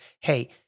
hey